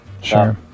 sure